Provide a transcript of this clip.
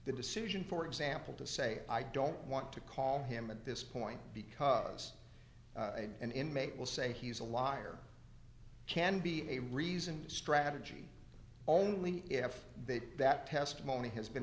the decision for example to say i don't want to call him at this point because an inmate will say he's a liar can be a reasoned strategy only if they do that testimony has been